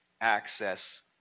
access